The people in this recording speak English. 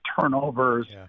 turnovers